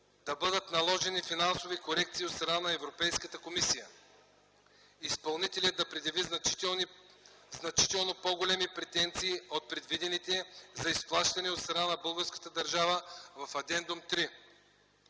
да бъдат наложени финансови корекции от страна на Европейската комисия; изпълнителят да предяви значително по-големи претенции от предвидените за изплащане от страна на българската държава в Адендум